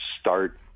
start